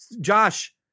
Josh